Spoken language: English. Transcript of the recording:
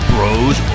Bros